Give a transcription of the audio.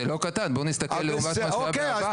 זה לא קטן, בוא נסתכל לעומת מה שהיה בעבר.